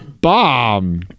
Bomb